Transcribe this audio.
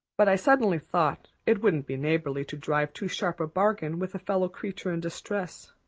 but i suddenly thought it wouldn't be neighborly to drive too sharp a bargain with a fellow creature in distress.